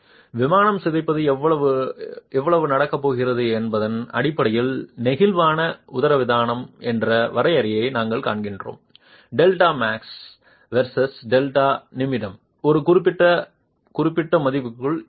விமானம் சிதைப்பது எவ்வளவு நடக்கப் போகிறது என்பதன் அடிப்படையில் நெகிழ்வான உதரவிதானம் என்ற வரையறையை நாங்கள் கண்டிருக்கிறோம் டெல்டா மேக்ஸ் வெர்சஸ் டெல்டா நிமிடம் ஒரு குறிப்பிட்ட குறிப்பிட்ட மதிப்புக்குள் இருப்பது